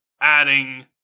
adding